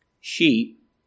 Sheep